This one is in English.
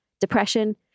depression